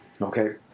Okay